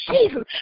Jesus